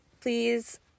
please